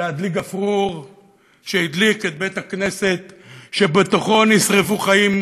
ולהדליק גפרור שהדליק את בית-הכנסת שבתוכו נשרפו חיים